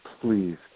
please